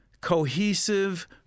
cohesive